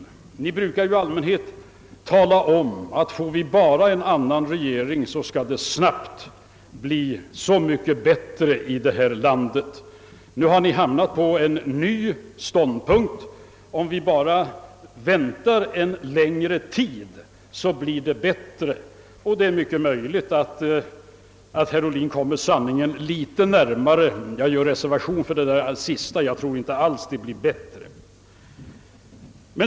Ni brukar ju tala om att får vi bara en annan regering så skall det snabbt bli så mycket bättre här i landet. Nu har ni hamnat på en ny ståndpunkt — om vi bara väntar en längre tid så blir det bättre. Det är mycket möjligt att herr Ohlin kommer sanningen litet närmare. Jag gör reservation för det sista — jag tror inte alls det blir bättre.